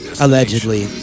Allegedly